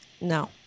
No